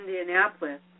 Indianapolis